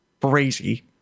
crazy